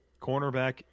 Cornerback